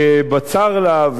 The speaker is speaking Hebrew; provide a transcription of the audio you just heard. שבצר לה,